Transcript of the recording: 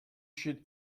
should